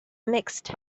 mixed